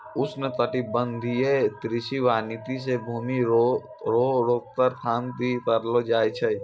उष्णकटिबंधीय कृषि वानिकी से भूमी रो रोक थाम भी करलो जाय छै